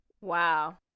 Wow